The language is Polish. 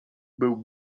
był